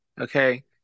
okay